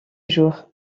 jour